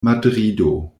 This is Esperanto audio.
madrido